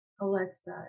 Alexa